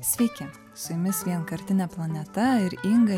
sveiki su jumis vienkartinė planeta ir inga